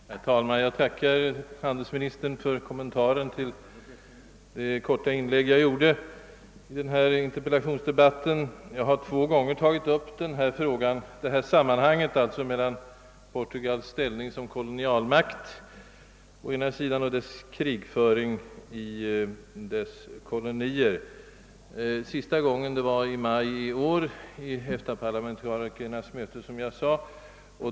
Herr talman! Jag tackar handelsministern för kommentaren till det korta inlägg jag gjorde i denna interpellationsdebatt. Jag har två gånger tagit upp sammanhanget mellan Portugals ekonomi och ställning som kolonialmakt och dess krigföring i kolonierna. Sista gången var, som jag sade förut, i maj i år vid EFTA-parlamentarikernas möte.